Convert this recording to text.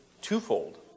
twofold